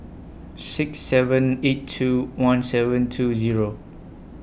six seven eight two one seven two Zero